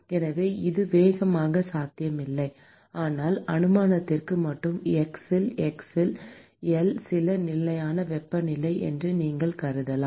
எனவே இது மிகவும் சாத்தியமில்லை ஆனால் அனுமானத்திற்கு மட்டும் x இல் x இல் எல் சில நிலையான வெப்பநிலை என்று நீங்கள் கருதலாம்